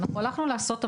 אנחנו הלכנו לעשות עבודה.